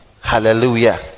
hallelujah